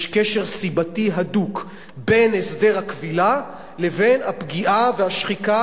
יש קשר סיבתי הדוק בין הסדר הכבילה לבין הפגיעה והשחיקה